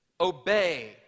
Obey